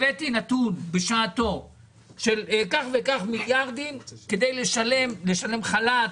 הבאתי נתון בשעתו על כך וכך מיליארדים כדי לשלם חל"ת,